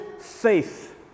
faith